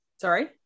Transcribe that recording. Sorry